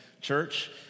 church